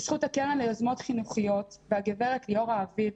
בזכות הקרן ליוזמות חינוכיות והגברת ליאורה אביב,